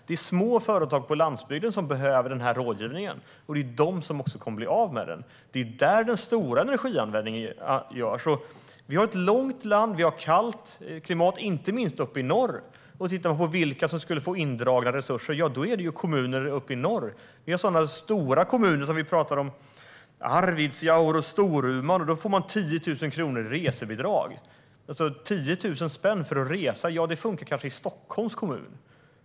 Det är små företag på landsbygden som behöver den här rådgivningen. Det är också de som kommer att bli av med den. Det är på landsbygden den stora energianvändningen finns. Sverige är ett långt land, med kallt klimat, inte minst uppe i norr. Och det är kommuner uppe i norr som skulle få indragna resurser. Vi pratar om stora kommuner som Arvidsjaur och Storuman. De får 10 000 kronor i resebidrag. 10 000 spänn för att resa räcker kanske i Stockholms kommun.